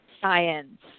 science